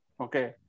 Okay